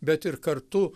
bet ir kartu